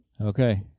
Okay